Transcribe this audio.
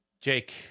Jake